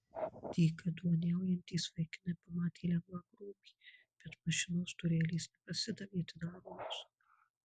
dykaduoniaujantys vaikinai pamatė lengvą grobį bet mašinos durelės nepasidavė atidaromos